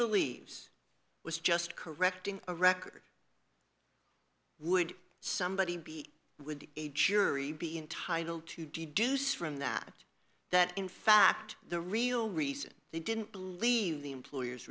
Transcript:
believes was just correcting a record would somebody be would a jury be entitled to deduce from that that in fact the real reason they didn't believe the employer